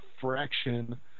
fraction